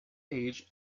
age